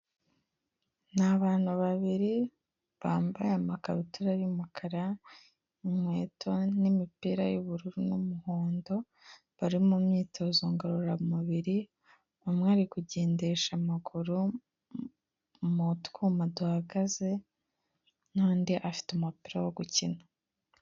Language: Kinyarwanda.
abantu babiri bambaye amakabutura y'umukara inkweto n'imipira y'ubururu n'umuhondo bari mu myitozo ngororamubiri umwe ari kugendesha amaguru mu twuma duhagaze ndi afite umupira wo gukina.